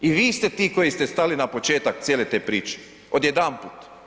I vi ste ti koji ste stali na početak cijele te priče odjedanput.